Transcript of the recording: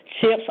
Chips